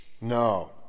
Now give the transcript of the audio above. No